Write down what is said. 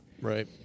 Right